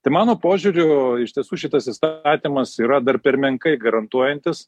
tai mano požiūriu iš tiesų šitas įstatymas yra dar per menkai garantuojantis